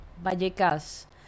vallecas